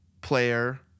player